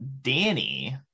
Danny